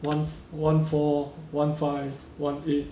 one fu~ one four one five one eight